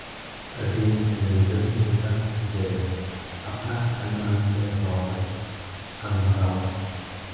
ᱟᱹᱰᱤ ᱨᱤᱡᱷᱟᱹᱣ ᱜᱮᱧ ᱵᱩᱡᱟ ᱡᱮ ᱟᱯᱱᱟᱨ ᱟᱭᱳ ᱟᱲᱟᱝ ᱛᱮ ᱨᱚᱲ ᱜᱟᱞᱢᱟᱨᱟᱣ